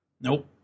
Nope